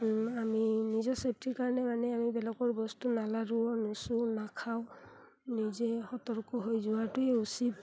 আমি নিজৰ চেফটিৰ কাৰণে মানে আমি বেলেগৰ বস্তু নালাৰোঁ নুচোওঁ নাখাওঁ নিজে সতৰ্ক হৈ যোৱাটোৱে উচিত